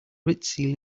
ritzy